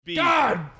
God